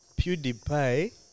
PewDiePie